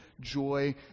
joy